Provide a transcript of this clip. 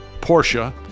Porsche